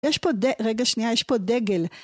יש פה דגל, רגע שנייה יש פה דגל